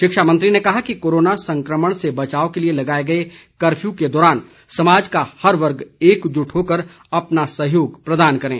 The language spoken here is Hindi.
शिक्षा मंत्री ने कहा कि कोरोना संकमण से बचाव के लिए लगाए गए कर्फ्यू के दौरान समाज का हर वर्ग एकजुट होकर अपना सहयोग प्रदान करें